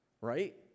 Right